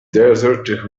desert